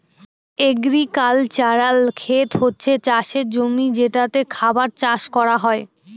agricultural খেত হচ্ছে চাষের জমি যেটাতে খাবার চাষ করা হয়